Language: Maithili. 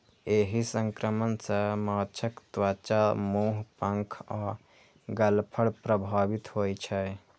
एहि संक्रमण सं माछक त्वचा, मुंह, पंख आ गलफड़ प्रभावित होइ छै